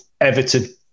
Everton